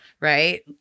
right